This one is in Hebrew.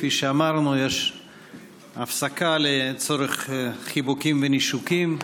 כפי שאמרנו, יש הפסקה לצורך חיבוקים ונישוקים.